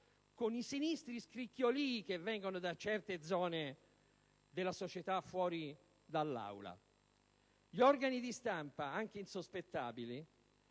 con i sinistri scricchiolii che vengono da certe zone della società fuori dall'Aula. Gli organi di stampa, anche insospettabili,